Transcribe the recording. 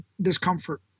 discomfort